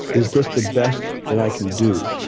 is this the best that i can do?